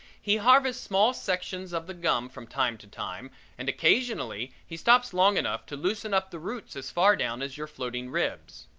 he harvests small sections of the gum from time to time and occasionally he stops long enough to loosen up the roots as far down as your floating ribs.